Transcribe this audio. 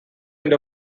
end